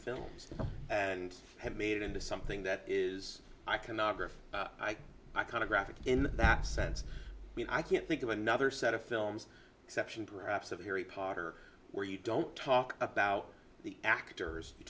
films and have made it into something that is iconography i i kind of graphic in that sense i mean i can't think of another set of films exception perhaps of harry potter where you don't talk about the actors